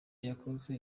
yakoze